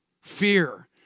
Fear